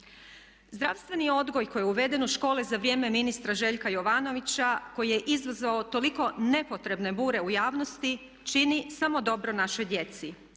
Zdravstveni odgoj koji je uveden u škole za vrijeme ministra Željka Jovanovića koji je izazvao toliko nepotrebne bure u javnosti čini samo dobro našoj djeci,